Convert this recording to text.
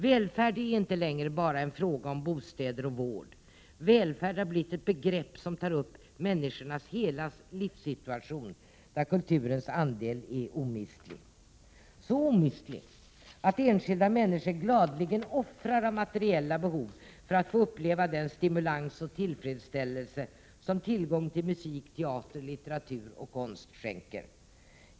Välfärd är inte längre bara en fråga om bostäder och vård, välfärd har blivit ett begrepp som tar upp människornas hela livssituation i vilken kulturens andel är omistlig, så omistlig att enskilda människor gladeligen offrar materiella behov för att i stället få uppleva den stimulans och tillfredsställelse som tillgång till musik, teater, litteratur och konst skänker.